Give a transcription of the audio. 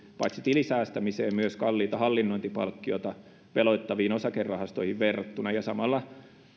paitsi tilisäästämiseen verrattuna myös kalliita hallinnointipalkkioita veloittaviin osakerahastoihin verrattuna ja samalla